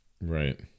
Right